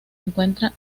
encuentra